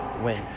win